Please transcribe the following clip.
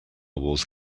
wars